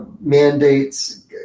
mandates